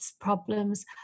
problems